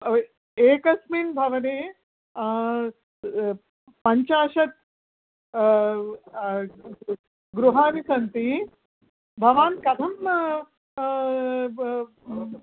एकस्मिन् भवने पञ्चाशत् गृहानि सन्ति भवान् कथं